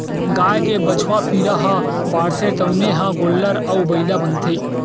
गाय के बछवा पिला ह बाढ़थे तउने ह गोल्लर अउ बइला बनथे